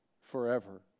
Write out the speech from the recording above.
forever